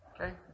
Okay